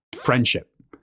friendship